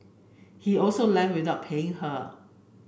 he also left without paying her